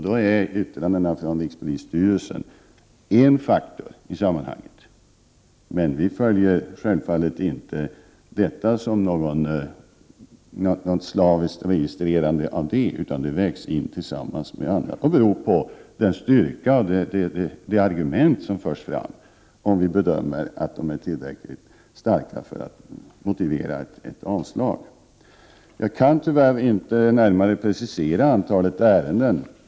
Då är yttrandena från rikspolisstyrelsen en faktor i sammanhanget, men regeringen följer självfallet inte dessa slaviskt, utan dessa yttranden vägs in tillsammans med annat. Hur vi skall agera beror på styrkan i de argument som förs fram i yttrandena. Vi får sedan bedöma om de är tillräckligt starka för att motivera ett avslag. Jag kan tyvärr inte närmare precisera antalet ärenden.